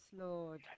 Lord